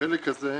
בחלק הזה,